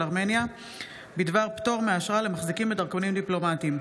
ארמניה בדבר פטור מאשרה למחזיקים בדרכונים דיפלומטיים.